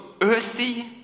earthy